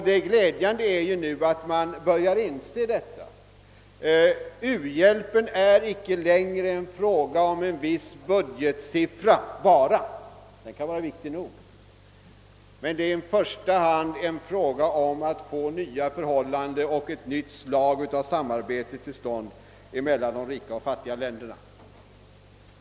Det glädjande är ju att man nu börjar inse att u-hjälpen inte längre bara är en fråga om en viss budgetsiffra — även om det kan vara viktigt nog — utan i första hand en fråga om att få till stånd nya förhållanden och ett nytt slags samarbete mellan de rika och de fattiga länderna.